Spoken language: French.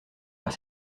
vers